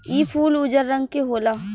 इ फूल उजर रंग के होला